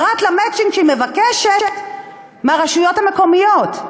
פרט למצ'ינג שהיא מבקשת מהרשויות המקומיות,